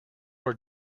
were